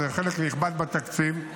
זה חלק נכבד בתקציב.